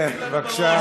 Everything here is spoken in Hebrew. כן, בבקשה.